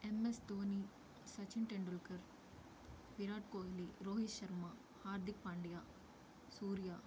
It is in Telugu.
ఎం ఎస్ ధోని సచిన్ టెండూల్కర్ విరాట్ కోహ్లీ రోహిత్ శర్మ హార్దిక్ పాండ్యా సూర్య